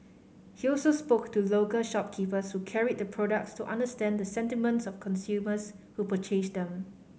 he also spoke to local shopkeepers who carried the products to understand the sentiments of consumers who purchased them